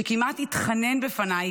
שכמעט התחנן בפניי,